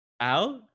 out